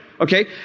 Okay